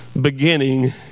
beginning